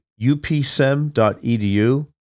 upsem.edu